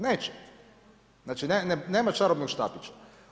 Neće, znači nema čarobnog štapića.